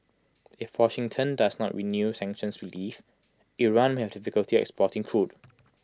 if Washington does not renew sanctions relief Iran may have difficulty exporting crude